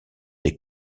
des